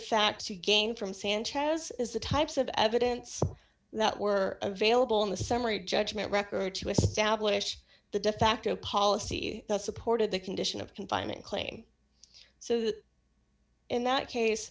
fact to gain from sanchez is the types of evidence that were available in the summary judgment record to establish the defacto policy that supported the condition of confinement claiming so that in that case